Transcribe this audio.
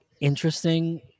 interesting